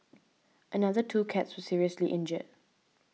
another two cats seriously injured